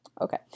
Okay